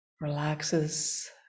relaxes